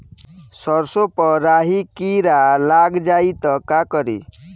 सरसो पर राही किरा लाग जाई त का करी?